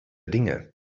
dinge